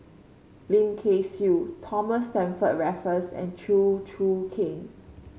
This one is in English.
Lim Kay Siu Thomas Stamford Raffles and Chew Choo Keng